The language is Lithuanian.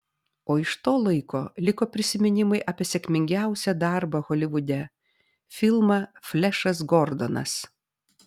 o iš to laiko liko prisiminimai apie sėkmingiausią darbą holivude filmą flešas gordonas